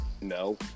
No